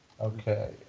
Okay